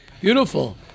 Beautiful